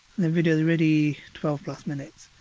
the video already twelve minutes,